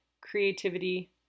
creativity